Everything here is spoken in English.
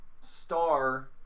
star